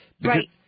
Right